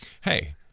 hey